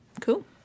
Cool